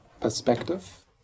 perspective